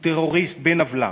הוא טרוריסט בן-עוולה.